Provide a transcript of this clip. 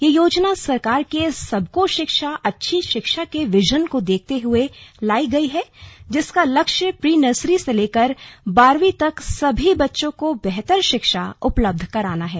यह योजना सरकार के सबको शिक्षा अच्छी शिक्षा के विजन को देखते हुए लाई गई है जिसका लक्ष्य प्री नर्सरी से लेकर बारहवीं तक सभी बच्चों को बेहतर शिक्षा उपलब्ध कराना है